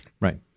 Right